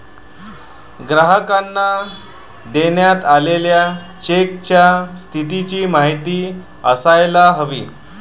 ग्राहकांना देण्यात आलेल्या चेकच्या स्थितीची माहिती असायला हवी